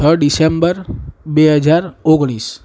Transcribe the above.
છ ડિસેમ્બર બે હજાર ઓગણીસ